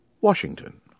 Washington